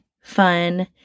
fun